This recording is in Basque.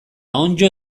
onddo